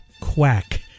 quack